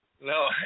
No